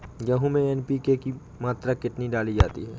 गेहूँ में एन.पी.के की मात्रा कितनी डाली जाती है?